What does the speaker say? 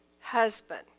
husband